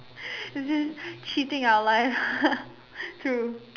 this cheating our lives true